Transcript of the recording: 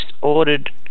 ordered